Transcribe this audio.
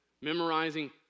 Memorizing